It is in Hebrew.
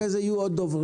אחרי זה יהיו עוד דוברים,